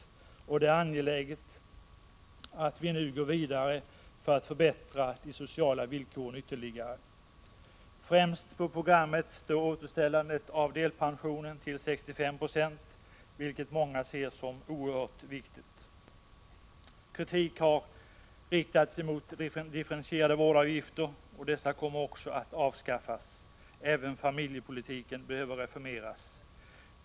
Det är därför angeläget att vi nu går vidare för att ytterligare förbättra de sociala villkoren. Främst på programmet står återställandet av delpensionen till 65 90, vilket många ser som oerhört viktigt. Kritik har riktats mot de differentierade vårdavgifterna, och dessa kommer också att avskaffas. Även familjepolitiken behöver reformeras.